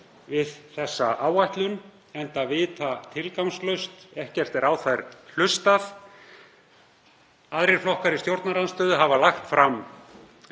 við þessa áætlun enda vitatilgangslaust, ekkert er á þær hlustað. Aðrir flokkar í stjórnarandstöðu hafa lagt fram